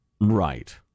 Right